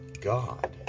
God